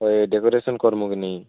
ହଏ ଡ଼େକୋରେସନ୍ କର୍ବୁ କି ନାଇଁ